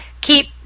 keep